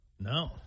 No